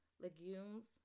legumes